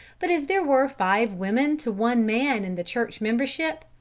but as there were five women to one man in the church membership,